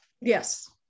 yes